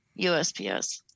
USPS